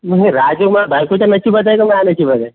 मग राजयोग माझ्या बायकोच्या नशिबात आहे की माझ्या नशिबात आहे